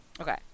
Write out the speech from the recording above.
Okay